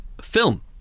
film